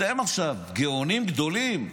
אתם עכשיו גאונים גדולים.